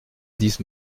dix